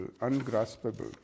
ungraspable